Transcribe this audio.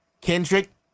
Kendrick